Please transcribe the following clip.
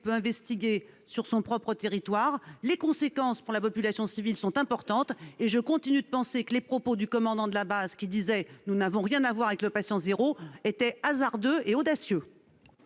peut investiguer sur son propre territoire, les conséquences sur la population civile sont importantes, et je continue de penser que les propos du commandant de la base, selon lesquels celle-ci n'a rien à voir avec le patient zéro, étaient hasardeux et audacieux.